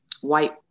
white